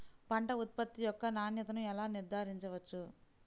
పంట ఉత్పత్తి యొక్క నాణ్యతను ఎలా నిర్ధారించవచ్చు?